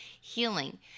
healing